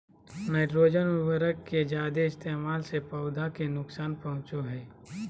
nitrogen उर्वरक के जादे इस्तेमाल से पौधा के नुकसान पहुंचो हय